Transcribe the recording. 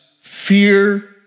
fear